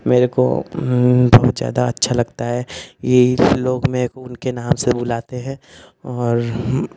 मेरे को बहुत ज़्यादा अच्छा लगता है यही कि लोग मेरे को उनके नाम से बुलाते हैं और